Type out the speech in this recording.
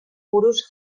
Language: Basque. buruz